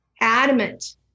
adamant